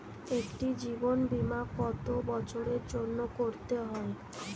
একটি জীবন বীমা কত বছরের জন্য করতে হয়?